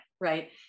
right